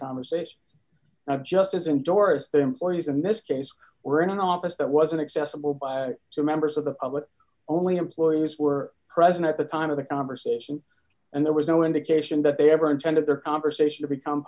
conversation of justice and doris the employees in this case were in an office that was inaccessible to members of the public only employees were present at the time of the conversation and there was no indication that they ever intended their conversation to become